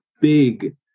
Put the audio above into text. big